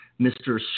Mr